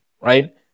right